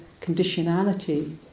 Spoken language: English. conditionality